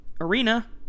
arena